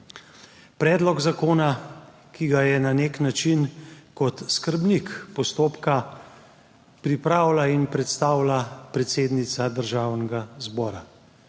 predlog zakona, ki ga je na nek način kot skrbnik postopka pripravila in predstavila predsednica Državnega zbora.